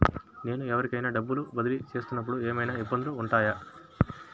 నేను ఎవరికైనా డబ్బులు బదిలీ చేస్తునపుడు ఏమయినా ఇబ్బందులు వుంటాయా?